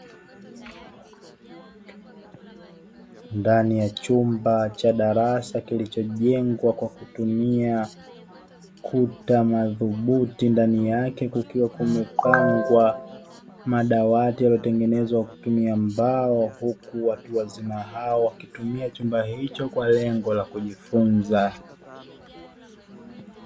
Ndani ya chumba cha darasa kilichojengwa kwa kutumia kuta madhubuti, ndani yake kukiwa kumepangwa madawati yaliyotengenezwa kwa kutumia mbao; huku watu wazima hao wakitumia chumba hicho kwa lengo la kujifunza.